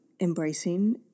embracing